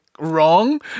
wrong